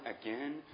again